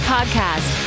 Podcast